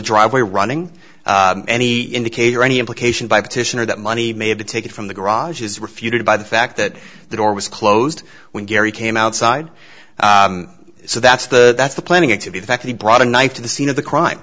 driveway running any indicator any implication by petitioner that money may have been taken from the garage is refuted by the fact that the door was closed when gary came outside so that's the that's the planning it to be the fact he brought a knife to the scene of the crime